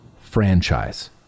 franchise